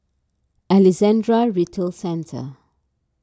Alexandra Retail Centre